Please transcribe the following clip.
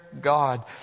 God